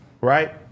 right